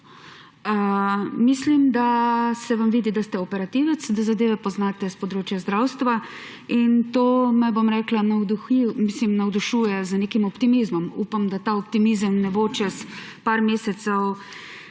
Mislim, da se vam vidi, da ste operativec, da zadeve poznate s področja zdravstva. To me navdušuje z nekim optimizmom. Upam, da se ta optimizem ne bo čez nekaj mesecev